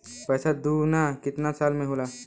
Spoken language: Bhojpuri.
पैसा दूना कितना साल मे होला?